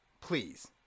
please